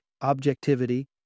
objectivity